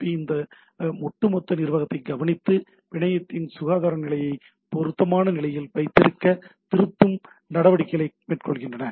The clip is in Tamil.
பி இந்த ஒட்டுமொத்த நிர்வாகத்தை கவனித்து பிணையத்தின் சுகாதார நிலையை பொருத்தமான நிலையில் வைத்திருக்க திருத்தும் நடவடிக்கைகளை மேற்கொள்கின்றன